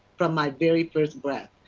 from my very first breath.